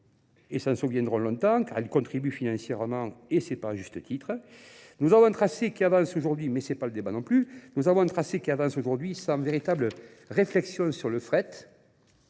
et s'en souviendront longtemps, car elle contribue financièrement et c'est par juste titre. Nous avons un tracé qui avance aujourd'hui, mais ce n'est pas le débat non plus, nous avons un tracé qui avance aujourd'hui sans véritable réflexion sur le fret.